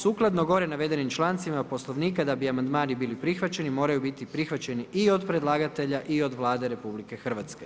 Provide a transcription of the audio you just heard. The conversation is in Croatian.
Sukladno gore navedenim člancima Poslovnika da bi amandmani bili prihvaćeni moraju biti prihvaćeni i od predlagatelja i od Vlade RH.